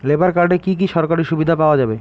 Labour কার্ডে কি কি সরকারি সুবিধা পাওয়া যাবে?